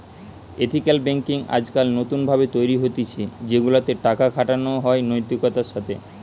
ethical banking আজকাল নতুন ভাবে তৈরী হতিছে সেগুলা তে টাকা খাটানো হয় নৈতিকতার সাথে